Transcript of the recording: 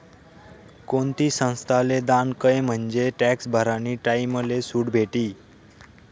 कोणती संस्थाले दान कयं म्हंजे टॅक्स भरानी टाईमले सुट भेटी